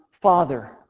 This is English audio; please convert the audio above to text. Father